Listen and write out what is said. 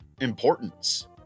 importance